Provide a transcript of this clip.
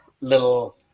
little